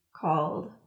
called